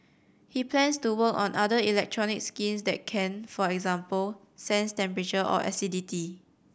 he plans to work on other electronic skins that can for example sense temperature or acidity